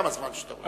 כמה זמן שאתה רוצה.